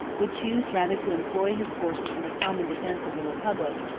would choose rather to employ his forces in the common defence of the republic,